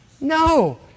No